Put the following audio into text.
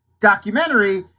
documentary